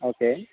okay